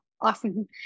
awesome